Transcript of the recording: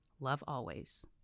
lovealways